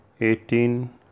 eighteen